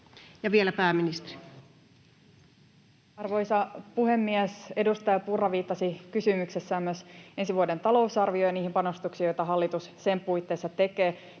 Ja vielä pääministeri. Arvoisa puhemies! Edustaja Purra viittasi kysymyksessään myös ensi vuoden talousarvioon ja niihin panostuksiin, joita hallitus sen puitteissa tekee.